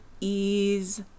ease